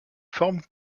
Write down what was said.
forme